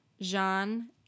Jean